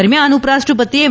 દરમિયાન ઉપરાષ્ટ્રપતિ એમ